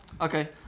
okay